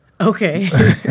Okay